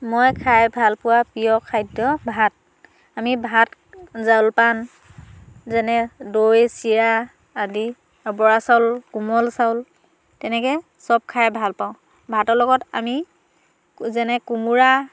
মই খাই ভাল পোৱা প্ৰিয় খাদ্য ভাত আমি ভাত জলপান যেনে দৈ চিৰা আদি আৰু বৰা চাউল কোমল চাউল তেনেকৈ চব খাই ভাল পাওঁ ভাতৰ লগত আমি যেনে কোমোৰা